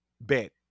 bet